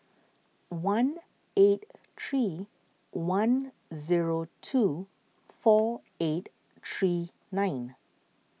one eight three one zero two four eight three nine